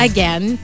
Again